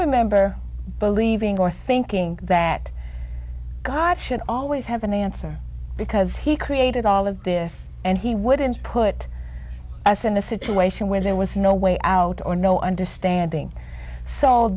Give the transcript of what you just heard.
remember believing or thinking that god should always have an answer because he created all of this and he wouldn't put us in a situation where there was no way out or no understanding so